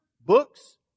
books